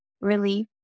relief